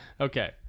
Okay